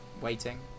waiting